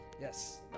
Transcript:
yes